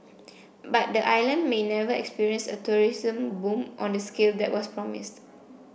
but the island may never experience a tourism boom on the scale that was promised